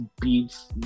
beats